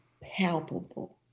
palpable